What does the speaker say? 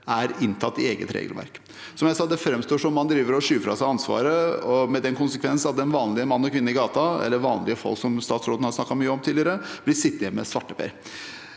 er inntatt i eget regelverk. Som jeg sa: Det framstår som om man skyver fra seg ansvaret, med den konsekvens at den vanlige mann og kvinne i gata, eller vanlige folk, som statsråden har snakket mye om tidligere, blir sittende igjen med svarteper.